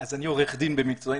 אני עורך דין במקצועי.